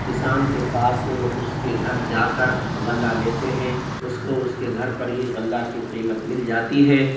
کسان کے پاس سے وہ اس کے گھر جا کر غلہ لیتے ہیں اس کو اس کے گھر پر ہی غلہ کی قیمت مل جاتی ہے